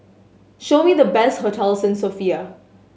show me the best hotels in Sofia